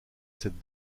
cette